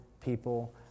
people